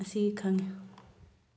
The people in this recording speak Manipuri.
ꯑꯁꯤ ꯈꯪꯉꯤ